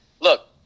look